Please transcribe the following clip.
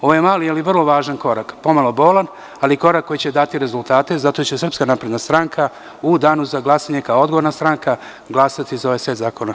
Ovo je mali ali vrlo važan korak, po malo bolan, ali korak koji će dati rezultate i zato će SNS u danu za glasanje kao odgovorna stranka glasati za ovaj set zakona.